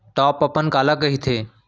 Top अपन काला कहिथे?